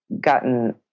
gotten